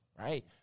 right